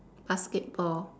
basketball